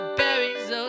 berries